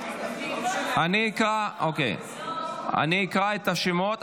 אני אקרא את השמות.